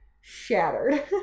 Shattered